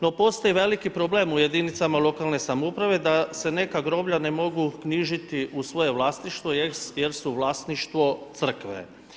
No postoji veliki problem u jedinicama lokalne samouprave da se neka groblja ne mogu knjižiti u svoje vlasništvo jer su vlasništvo crkve.